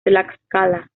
tlaxcala